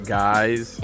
guys